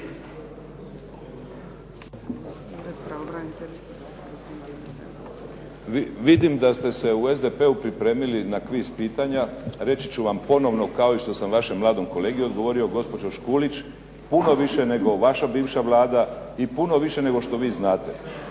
Vidim da ste se u SDP-u pripremili na kviz pitanja. Reći ću vam ponovno, kao i što sam vašem mladom kolegi odgovorio, gospođo Škulić, puno više nego vaša bivša Vlada i puno više nego što vi znate.